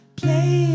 play